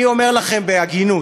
אני אומר לכם בהגינות,